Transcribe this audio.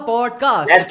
Podcast